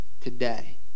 today